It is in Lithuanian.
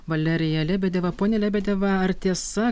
valerija lebedeva ponia lebedeva ar tiesa